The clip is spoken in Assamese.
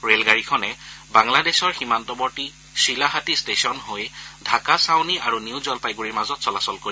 ৰেলগাড়ীখনে বাংলাদেশৰ সীমান্তবৰ্তী শীলাহাটী ষ্টেচন হৈ ঢাকা চাউনি আৰু নিউ জলপাইগুৰিৰ মাজত চলাচল কৰিব